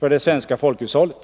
för det svenska folkhushållet.